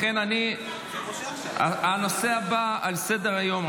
לכן הנושא הבא על סדר-היום,